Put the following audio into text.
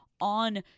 on